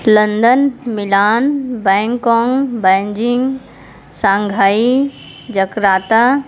London Milan Bangkok Beijing Shanghai Jakarta